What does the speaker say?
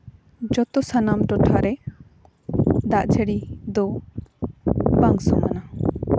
ᱡᱚᱛᱚ ᱥᱟᱱᱟᱢ ᱴᱚᱴᱷᱟᱨᱮ ᱫᱟᱜ ᱡᱟᱹᱲᱤ ᱫᱚ ᱵᱟᱝ ᱥᱚᱢᱟᱱᱟ